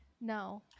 no